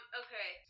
okay